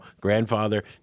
grandfather